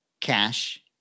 cash